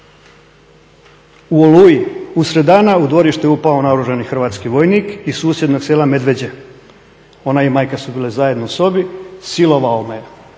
u Oluji, usred dana u dvorište je upao naoružani hrvatski vojnik iz susjednog sela …, ona i majka su bile zajedno u sobi, silovao me,